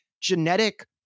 genetic